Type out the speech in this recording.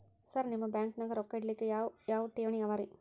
Sir ನಿಮ್ಮ ಬ್ಯಾಂಕನಾಗ ರೊಕ್ಕ ಇಡಲಿಕ್ಕೆ ಯಾವ್ ಯಾವ್ ಠೇವಣಿ ಅವ ರಿ?